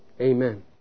Amen